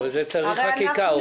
אז זה מצריך חקיקה.